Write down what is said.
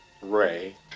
Ray